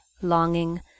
longing